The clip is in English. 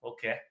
Okay